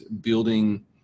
building